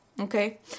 Okay